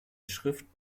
schrift